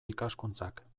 ikaskuntzak